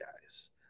guys